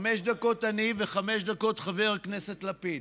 חמש דקות אני וחמש דקות חבר הכנסת לפיד.